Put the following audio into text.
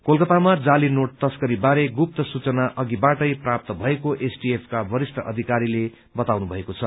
कोलकतामा जाली नोट तस्करीबारे गुप्त सूचना अधिबाटै प्राप्त भएको एसटीएफका वरिष्ठ अधिकारीले बताउनुभएको छ